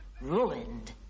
ruined